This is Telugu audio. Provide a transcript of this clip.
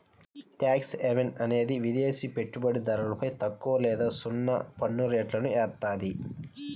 ట్యాక్స్ హెవెన్ అనేది విదేశి పెట్టుబడిదారులపై తక్కువ లేదా సున్నా పన్నురేట్లను ఏత్తాది